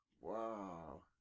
Wow